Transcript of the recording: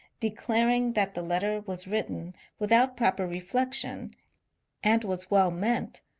declaring that the letter was written without pro per refiection and was well meant,